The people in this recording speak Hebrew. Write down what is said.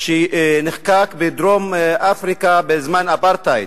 שנחקק בדרום-אפריקה בזמן האפרטהייד.